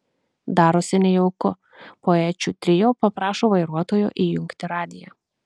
darosi nejauku poečių trio paprašo vairuotojo įjungti radiją